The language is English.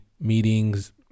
meetings